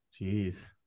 jeez